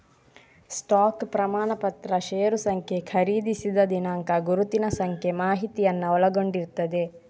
stock ಪ್ರಮಾಣಪತ್ರ ಷೇರು ಸಂಖ್ಯೆ, ಖರೀದಿಸಿದ ದಿನಾಂಕ, ಗುರುತಿನ ಸಂಖ್ಯೆ ಮಾಹಿತಿಯನ್ನ ಒಳಗೊಂಡಿರ್ತದೆ